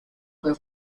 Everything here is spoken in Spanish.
fue